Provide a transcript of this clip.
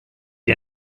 der